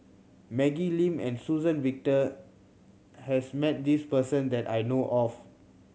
Maggie Lim and Suzann Victor has met this person that I know of